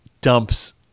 dumps